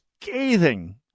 scathing